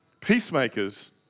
Peacemakers